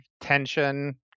tension